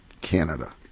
Canada